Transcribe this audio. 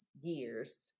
years